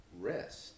rest